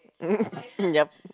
yup